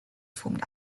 formed